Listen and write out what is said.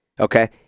Okay